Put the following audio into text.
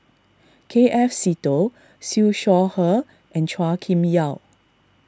K F Seetoh Siew Shaw Her and Chua Kim Yeow